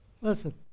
Listen